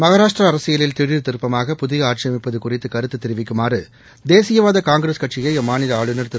மகாராஷ்டிரா அரசியலில் திடர் திருப்பமாக புதிய ஆட்சியமைப்பது குறித்து கருத்து தெரிவிக்குமாறு தேசியவாத காங்கிரஸ் கட்சியை அம்மாநில ஆளுநர் திரு